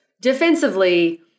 Defensively